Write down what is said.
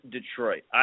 Detroit